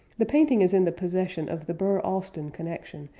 the painting is in the possession of the burr-alston connection,